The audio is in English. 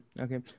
okay